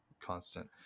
constant